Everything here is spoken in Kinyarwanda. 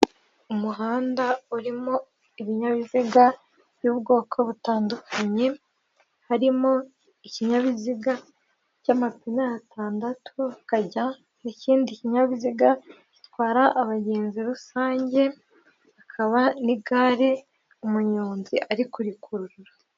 Umuhanda urimo ibinyabiziga by'ubwoko butandukanye, harimo ikinyabiziga cy'amapine atandatu hakajya n'ikindi kinyabiziga gitwara abagenzi rusange, hakaba n'igare umunyonzi ari kurikurura.